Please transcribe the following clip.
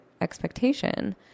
expectation